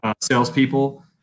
salespeople